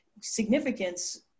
significance